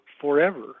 forever